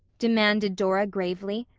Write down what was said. demanded dora gravely,